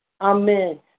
amen